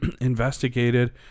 investigated